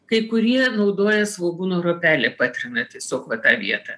kai kurie naudoja svogūnų ropelę patrina tiesiog va tą vietą